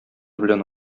белән